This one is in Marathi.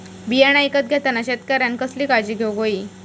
बियाणा ईकत घेताना शेतकऱ्यानं कसली काळजी घेऊक होई?